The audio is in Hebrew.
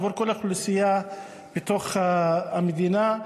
בעבור כל האוכלוסייה בתוך המדינה,